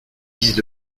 disent